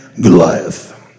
Goliath